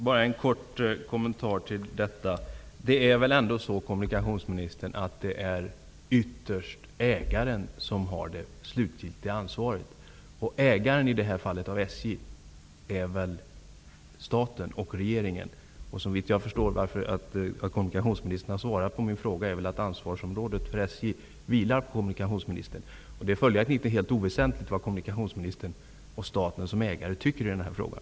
Fru talman! Jag skall bara göra en kort kommentar. Det är väl ändå ytterst ägaren som har det slutgiltiga ansvaret. Ägaren av SJ är väl i det här fallet staten och regeringen. Såvitt jag förstår har kommunikationsministern svarat på min fråga av det skälet att ansvaret för SJ vilar på kommunikationsministern. Det är följaktligen inte helt oväsentligt vad kommunikationsministern och staten som ägare tycker i den här frågan.